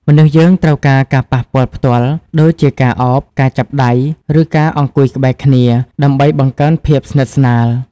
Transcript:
មនុស្សយើងត្រូវការការប៉ះពាល់ផ្ទាល់ ដូចជាការឱប ការចាប់ដៃ ឬការអង្គុយក្បែរគ្នា ដើម្បីបង្កើនភាពស្និតស្នាល។